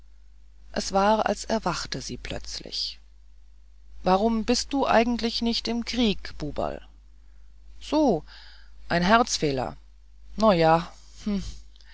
es war als erwache sie plötzlich warum bist du eigentlich nicht im krieg buberl so einen herzfehler noja hm